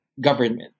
government